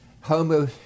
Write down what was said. Homo